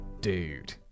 dude